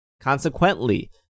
Consequently